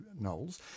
Knowles